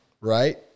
right